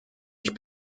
ich